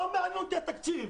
לא מעניין אותי התקציב.